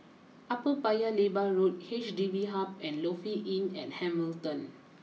Upper Paya Lebar Road H D B Hub and Lofi Inn at Hamilton